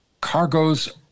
cargoes